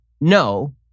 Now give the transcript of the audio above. no